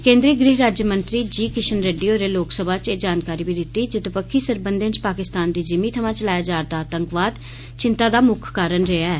केन्द्री गृह राज्यमंत्री जी किशन रेड्डी होरें लोकसभा च एह् जानकारी बी दितती जे दबक्खी सरबंधे च पाकिस्तान दी जिमीं मिमां चलाया जा'रदा आतंकवाद चिंता दा मुक्ख कारण रेहा ऐ